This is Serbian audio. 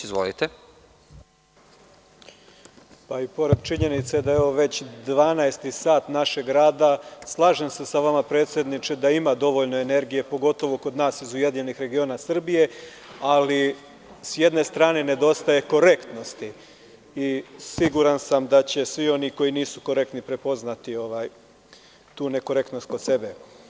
I pored činjenice da je ovo već 12-i sat našeg rada, slažem se sa vama predsedniče da ima dovoljno energije, pogotovo kod nas iz URS, ali sa jedne strane nedostaje korektnosti i siguran sam da će svi oni koji nisu korektni prepoznati tu nekorektnost kod sebe.